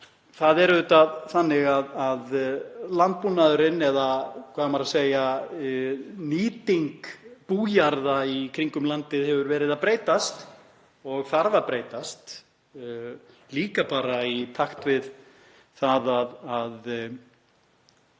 og ferðaþjónusta því að landbúnaðurinn, eða hvað á maður að segja, nýting bújarða í kringum landið hefur verið að breytast og þarf að breytast, líka bara í takt við það að